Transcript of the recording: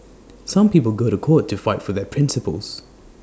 some people go to court to fight for their principles